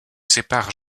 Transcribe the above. sépare